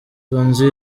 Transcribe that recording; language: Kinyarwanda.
tonzi